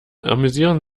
amüsieren